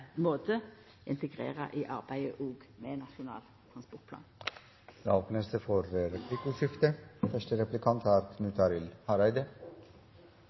måte integrera òg i arbeidet med Nasjonal transportplan. Det blir åpnet for replikkordskifte.